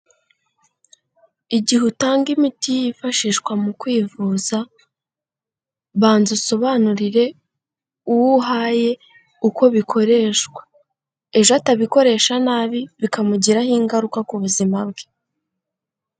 Igihe utanga imiti yifashishwa mu kwivuza banza usobanurire uwo uhaye uko bikoreshwa ejo atabikoresha nabi bikamugiraho ingaruka ku buzima bwe.